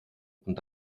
und